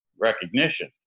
recognition